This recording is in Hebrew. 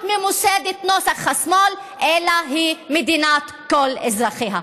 ממוסדת נוסח השמאל אלא מדינת כל אזרחיה.